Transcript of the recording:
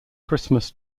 christmas